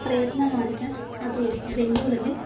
ಪ್ರಯತ್ನ ಮಾಡಿದೆ ಅದು ಬೆಂಗಳೂರಲ್ಲಿ